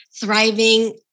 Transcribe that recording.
thriving